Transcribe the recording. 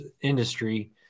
industry